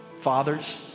fathers